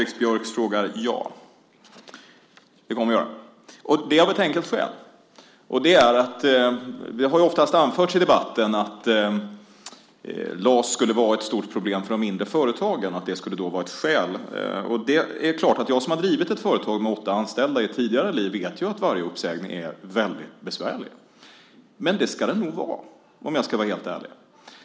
Herr talman! Svaret på Patrik Björcks frågor är: Ja, det kommer jag att göra. Det är av ett enkelt skäl. Det har ofta anförts i debatten att LAS skulle vara ett stort problem för de mindre företagen och att det skulle vara ett skäl. Jag som har drivit ett företag med åtta anställda i ett tidigare liv vet ju att varje uppsägning är väldigt besvärlig. Men det ska den vara - om jag ska vara helt ärlig.